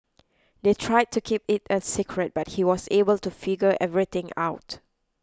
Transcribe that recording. they tried to keep it a secret but he was able to figure everything out